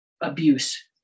abuse